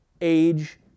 age